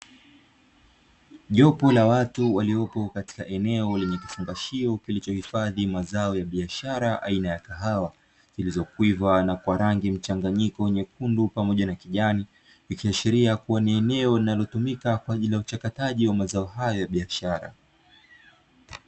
Jopo la watu waliopo katika eneo lenye kifungashio kulicho hifadhi mazao ya biashara aina ya kahawa, zilizokwiva na kwa rangi mchanganyiko nyekundu pamoja na kijani; ikiashiria kuwa ni eneo linalotumika kwa ajili ya uchakataji wa mazao hayo ya biashara.